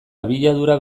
abiadura